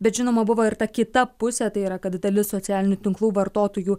bet žinoma buvo ir ta kita pusė tai yra kad dalis socialinių tinklų vartotojų